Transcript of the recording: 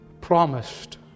promised